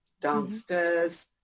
downstairs